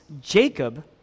Jacob